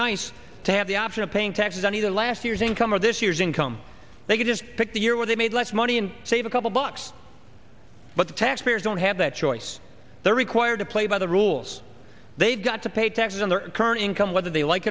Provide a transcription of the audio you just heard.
nice to have the option of paying taxes on either last year's income or this year's income they could just pick the year where they made less money and save a couple bucks but the taxpayers don't have that choice they are required to play by the rules they've got to pay taxes on their current income whether they like